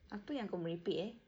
apa yang kau merepek eh